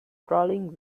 sprawling